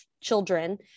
children